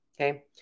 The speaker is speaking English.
Okay